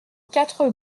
quatre